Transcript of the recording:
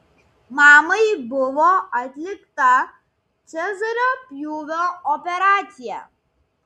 mamai buvo atlikta cezario pjūvio operacija